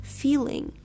feeling